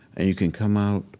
and you can come out